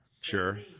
Sure